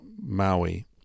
Maui